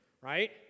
right